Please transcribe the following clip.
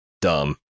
dumb